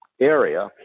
area